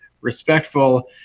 respectful